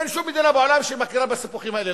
אין שום מדינה בעולם שמכירה בסיפוחים האלה,